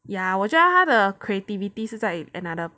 ya 我觉得他的 creativity 是在 another